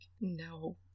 no